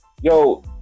yo